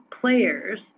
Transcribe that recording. players